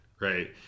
right